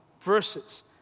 verses